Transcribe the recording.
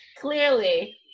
Clearly